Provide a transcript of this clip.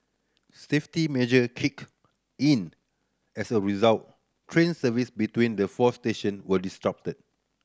safety measure kicked in as a result train services between the four station were disrupted